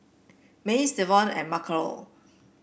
Mace Davon and Michaele